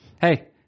Hey